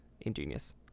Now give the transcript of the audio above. ingenious